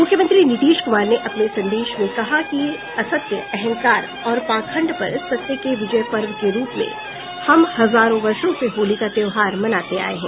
मुख्यमंत्री नीतीश कुमार ने अपने संदेश में कहा कि असत्य अहंकार और पाखंड पर सत्य के विजय पर्व के रूप में हम हजारों वर्षो से होली का त्योहार मनाते आये हैं